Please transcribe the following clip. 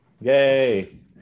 Yay